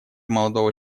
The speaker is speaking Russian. молодого